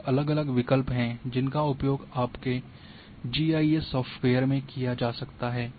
और अलग अलग विकल्प हैं जिनका उपयोग आपके जीआईएस सॉफ्टवेयर में किया जा सकता है